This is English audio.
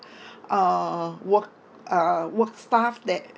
uh work uh work staff that